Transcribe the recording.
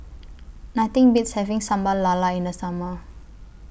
Nothing Beats having Sambal Lala in The Summer